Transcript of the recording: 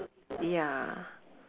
ya